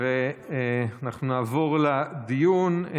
אנחנו נעבור לדיון.